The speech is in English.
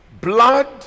blood